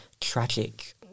tragic